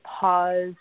pause